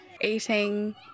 eating